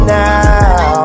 now